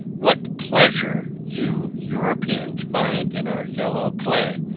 what pleasure you europeans find in our yellow clay,